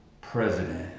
President